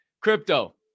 crypto